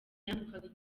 yambikwaga